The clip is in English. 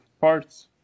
parts